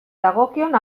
dagokion